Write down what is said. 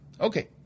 Okay